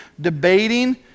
debating